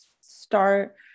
start